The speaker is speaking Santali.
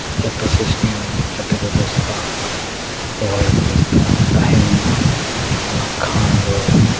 ᱡᱚᱛᱚ ᱥᱤᱥᱴᱮᱢ ᱡᱚᱛᱚ ᱵᱮᱵᱚᱥᱛᱷᱟ ᱡᱳᱜᱟᱡᱳᱜᱽ ᱵᱮᱵᱚᱥᱛᱷᱟ ᱛᱟᱦᱮᱱᱢᱟ ᱚᱱᱟ ᱠᱷᱟᱱ ᱫᱚ